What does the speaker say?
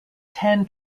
ten